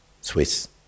Swiss